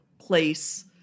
place